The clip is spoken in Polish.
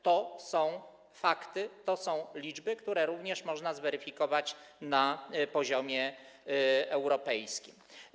To są fakty, to są liczby, które również można zweryfikować na poziomie europejskim.